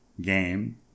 game